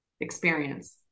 experience